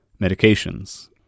medications